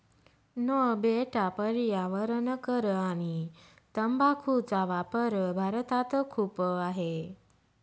no बेटा पर्यावरण कर आणि तंबाखूचा वापर भारतात खूप आहे